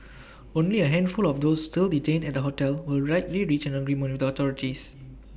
only A handful of those still detained at the hotel will likely reach an agreement the authorities